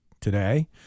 today